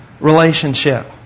relationship